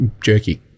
jerky